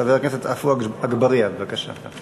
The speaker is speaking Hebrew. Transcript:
חבר הכנסת עפו אגבאריה, בבקשה.